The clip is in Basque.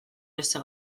beste